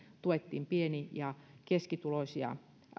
tuettiin pieni ja keskituloisia